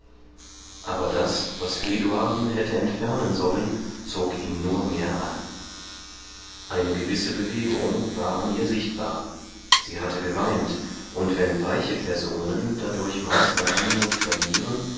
aber das was eduarden hätte entfernen sollen zog ihn nur mehr an eine gewisse bewegung war an ihr sichtbar sie hatte geweint und wenn weiche personen dadurch meist an anmut verlieren